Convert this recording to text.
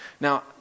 Now